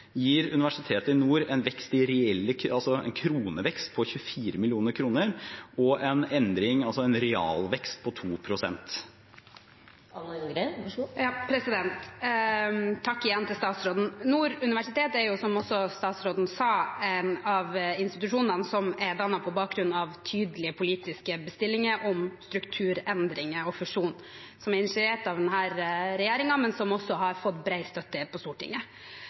gir Nord universitet en kronevekst på 24 mill. kr og en realvekst på 2 pst. Takk igjen til statsråden. Nord universitet er, som også statsråden sa, en av institusjone som er dannet på bakgrunn av tydelige politiske bestillinger om strukturendringer og fusjon, som er initiert av denne regjeringen, men som også har fått bred støtte på Stortinget.